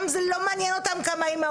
מכאן מגיעה